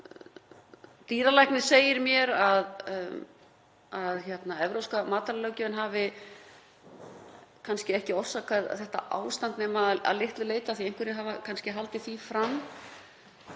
Dýralæknir segir mér að evrópska matvælalöggjöfin hafi kannski ekki orsakað þetta ástand nema að litlu leyti, en einhverjir hafa kannski haldið því fram